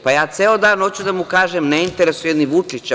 Pa ja ceo dan hoću da mu kažem da ne interesuje ni Vučića.